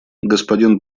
господин